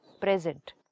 Present